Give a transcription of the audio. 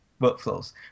workflows